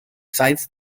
sites